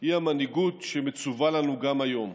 היא המנהיגות שמצווה לנו גם היום.